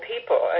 people